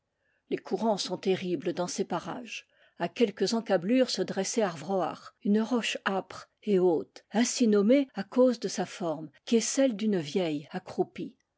les courants sont terribles dans ces parages a quel ques encablures se dressait ar vroac'h une roche âpre et haute ainsi nommée à cause de sa forme qui est celle d'une vieille accroupie